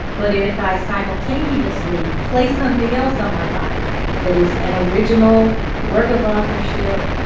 but if i simultaneously place something else on my body that is an original work of authorship,